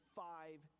five